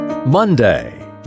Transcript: Monday